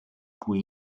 cui